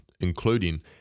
including